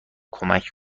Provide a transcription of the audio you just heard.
کمک